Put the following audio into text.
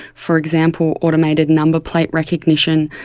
for example automated numberplate recognition,